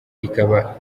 ikaba